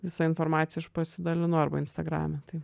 visa informacija aš pasidalinu arba instagrame tai